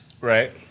Right